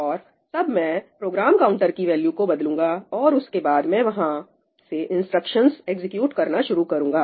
और तब मैं प्रोग्राम काउंटर की वैल्यू को बदलूंगा और उसके बाद मैं वहां से इंस्ट्रक्शंस एग्जीक्यूट करना शुरू करूंगा